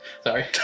Sorry